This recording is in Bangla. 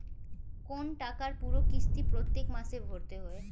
কোন টাকার পুরো কিস্তি প্রত্যেক মাসে ভরতে হয়